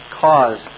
cause